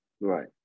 Right